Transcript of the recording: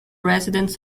residents